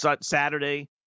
Saturday